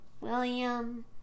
William